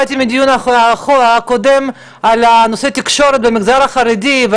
באתי מהדיון הקודם על נושא התקשורת במגזר החרדי,